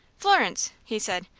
florence! he said.